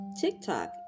TikTok